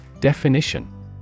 Definition